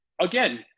Again